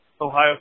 Ohio